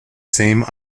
same